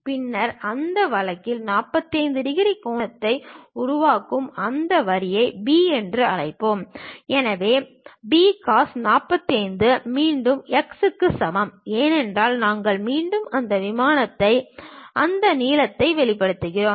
பின்னர் அந்த வழக்கில் 45 டிகிரி கோணத்தை உருவாக்கும் அந்த வரியை B என்று அழைப்போம் எனவே B cos 45 மீண்டும் x க்கு சமம் ஏனென்றால் நாங்கள் மீண்டும் அந்த விமானத்தில் அந்த நீளத்தை வெளிப்படுத்துகிறோம்